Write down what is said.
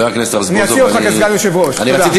אני אציע אותך כסגן יושב-ראש.